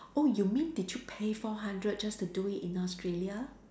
oh you mean did you pay four hundred just to do it in Australia